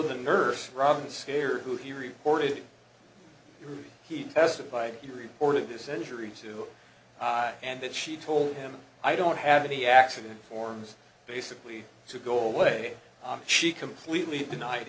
the nurse robin skier who he reported he testified he reported this injury too and that she told him i don't have any accident forms basically to go away she completely denied